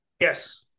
Yes